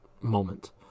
moment